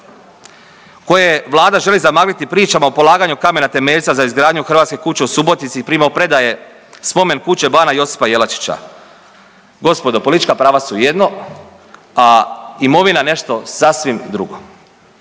koje vlada želi zamagliti pričama o polaganju kamena temeljca za izgradnju hrvatske kuće u Subotici i primopredaje spomen kuće Bana Josipa Jelačića. Gospodo politička prava su jedno, a imovina nešto sasvim drugo.